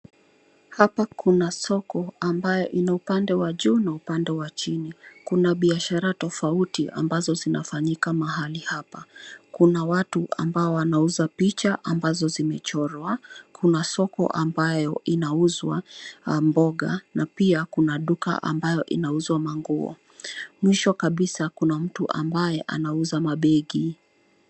Hapa kuna soko ambayo ina upande wa juu na upande wa chini, kuna biashara tofauti ambazo zinafanyika mahali hapa. Kuna watu ambao wanauza picha ambazo zimechorwa, kuna soko ambayo inauzwa mboga na pia kuna duka ambayo inauzwa manguo, mwisho kabisa kuna mtu ambaye anauza mabegi.